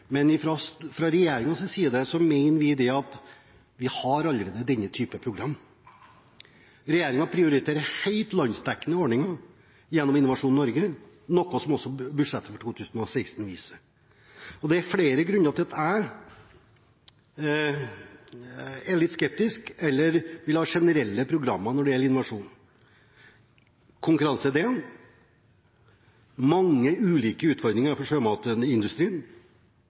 Men fra regjeringens side mener vi at vi allerede har denne type program. Regjeringen prioriterer landsdekkende ordninger gjennom Innovasjon Norge, noe som også budsjettet for 2016 viser. Det er flere grunner til at jeg er litt skeptisk eller vil ha generelle programmer når det gjelder innovasjon. Når det gjelder konkurransedelen, er det mange ulike utfordringer for sjømatindustrien.